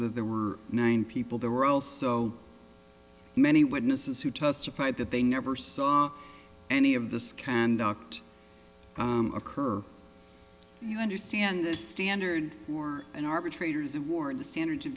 that there were nine people there were also many witnesses who testified that they never saw any of the scan docked occur you understand this standard for an arbitrator's award the standard